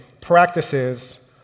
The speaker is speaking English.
practices